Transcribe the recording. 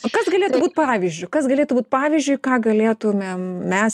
o kas galėtų būt pavyzdžiu kas galėtų būt pavyzdžiui ką galėtumėm mes